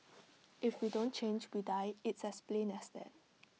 if we don't change we die it's as plain as that